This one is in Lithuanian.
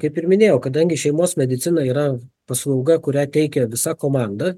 kaip ir minėjau kadangi šeimos medicina yra paslauga kurią teikia visa komanda